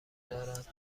دارد